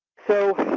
so,